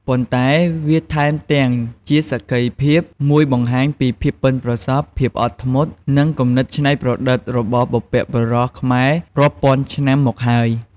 ប៉ុន្តែវាថែមទាំងជាសក្ខីភាពមួយបង្ហាញពីភាពប៉ិនប្រសប់ ភាពអត់ធ្មត់ និងគំនិតច្នៃប្រឌិតរបស់បុព្វបុរសខ្មែររាប់ពាន់ឆ្នាំមកហើយ។